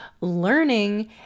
learning